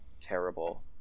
terrible